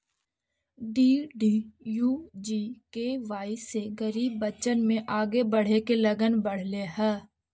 DDUGKY से गरीब बच्चन में आगे बढ़े के लगन बढ़ले हइ